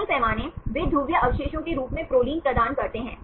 कई पैमाने वे ध्रुवीय अवशेषों के रूप में प्रोलिन प्रदान करते हैं